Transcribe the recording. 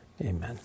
amen